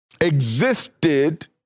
existed